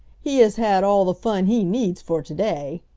he has had all the fun he needs for to-day.